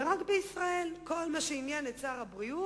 רק בישראל, כל מה שעניין את סגן שר הבריאות,